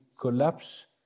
collapse